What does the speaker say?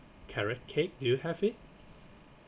carrot cake do you have it